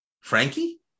Frankie